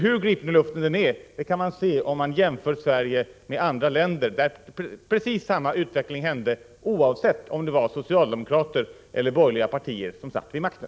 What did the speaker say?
Hur ogrundad den är kan man se om man jämför Sverige med andra länder, där precis samma utveckling ägt rum, oavsett om det varit socialdemokrater eller borgerliga partier som suttit vid makten.